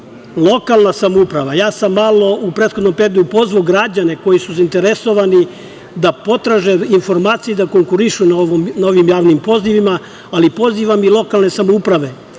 Srbije. Lokalna samouprava, ja sam malo u prethodnom periodu pozvao građane koji su zainteresovani, da potraže informacije i da konkurišu na ovim javnim pozivima, ali pozivam i lokalne samouprave